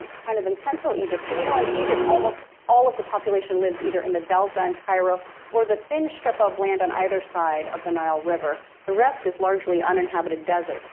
kind of in central egypt. so you know in egypt almost all of the population lives either in the delta and cairo or the thin strip of land on either side of the nile river. the rest is largely uninhabited desert.